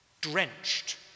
drenched